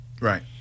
Right